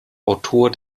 autor